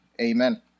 Amen